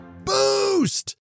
Boost